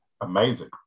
amazing